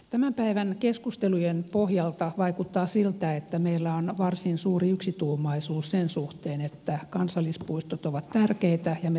tämän päivän keskustelujen pohjalta vaikuttaa siltä että meillä on varsin suuri yksituumaisuus sen suhteen että kansallispuistot ovat tärkeitä ja me tarvitsemme niitä tulevaisuudessa